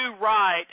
right